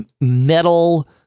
metal